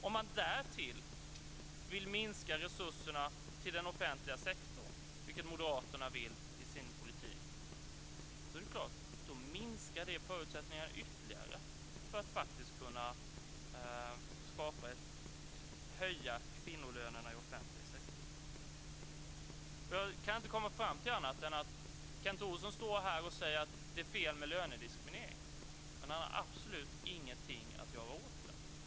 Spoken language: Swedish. Om man därtill vill minska resurserna till den offentliga sektorn, vilket Moderaterna vill i sin politik, minskar det förstås förutsättningarna ytterligare för att faktiskt kunna höja kvinnolönerna i offentlig sektor. Jag kan inte komma fram till annat: Kent Olsson står här och säger att det är fel med lönediskriminering, men han har absolut ingenting för att göra något åt det.